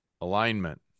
alignment